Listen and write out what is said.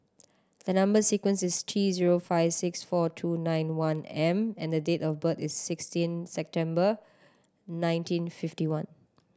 the number sequence is T zero five six four two nine one M and the date of birth is sixteen September nineteen fifty one